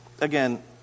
Again